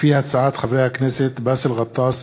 בהצעת חברי הכנסת באסל גטאס,